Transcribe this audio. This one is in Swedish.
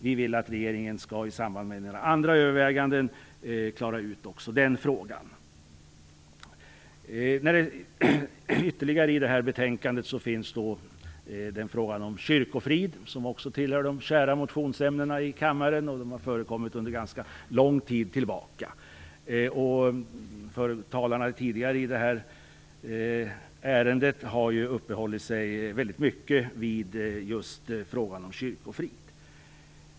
Vi vill att regeringen i samband med en del andra överväganden skall klara ut också den frågan. I betänkandet behandlas också frågan om kyrkofrid, som likaledes tillhör de kära motionsämnena i kammaren. Den har diskuterats sedan ganska lång tid tillbaka. De tidigare talarna i det här ärendet har uppehållit sig väldigt mycket just vid frågan om kyrkofrid.